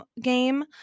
game